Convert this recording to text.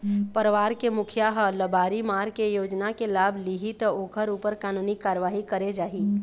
परवार के मुखिया ह लबारी मार के योजना के लाभ लिहि त ओखर ऊपर कानूनी कारवाही करे जाही